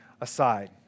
aside